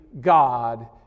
god